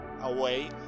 away